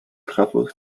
trafos